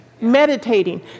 Meditating